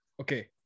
okay